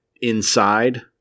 inside